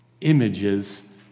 images